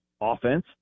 offense